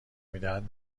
میدهد